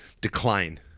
decline